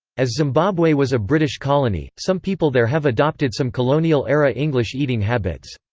as zimbabwe was a british colony, some people there have adopted some colonial-era english eating habits.